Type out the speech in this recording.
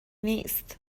نیست